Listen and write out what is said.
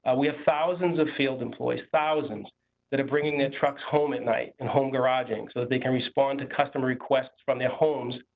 ah thousands of field employees thousands that are bringing their trucks home at night and home garages so they can respond to customer requests from their homes,